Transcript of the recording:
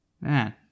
Man